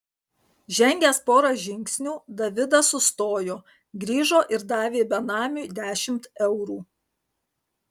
žengęs porą žingsnių davidas sustojo grįžo ir davė benamiui dešimt eurų